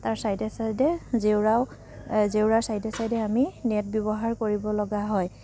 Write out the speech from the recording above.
তাৰ ছাইডে ছাইডে জেউৰাও জেউৰাৰ ছাইডে ছাইডে আমি নেট ব্যৱহাৰ কৰিব লগা হয়